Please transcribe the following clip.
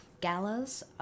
galas